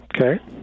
Okay